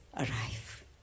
Arrive